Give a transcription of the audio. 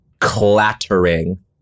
clattering